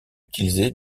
utilisé